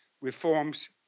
reforms